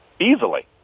easily